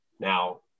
Now